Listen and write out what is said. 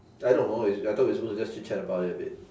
I don't know is I thought we are supposed to just chit chat about it a bit